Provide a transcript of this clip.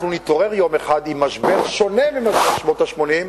אנחנו נתעורר יום אחד עם משבר שונה ממשבר שנות ה-80,